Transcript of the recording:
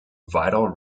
vital